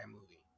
movie